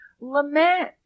Lament